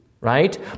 right